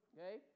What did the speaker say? Okay